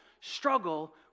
struggle